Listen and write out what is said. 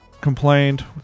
complained